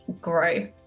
grow